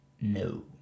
No